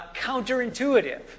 counterintuitive